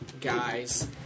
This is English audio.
guys